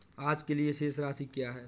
आज के लिए शेष राशि क्या है?